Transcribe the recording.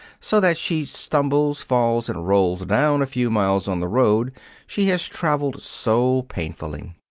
so that she stumbles, falls, and rolls down a few miles on the road she has traveled so painfully.